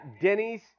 Denny's